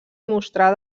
mostrada